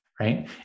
right